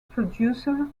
producer